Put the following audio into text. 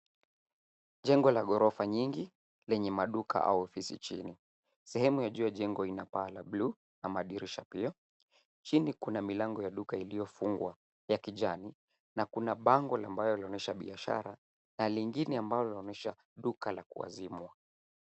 Jengo la gorofa nyingi lenye maduka au ofisi chini. Sehemu ya juu ya jengo ina paa la bluu na madirisha pia. Chini kuna milango ya duka iliyofungwa ya kijani na kuna bango ambalo linaonyesha biashara na lingine ambalo linaloonyesha duka la kuazimwa.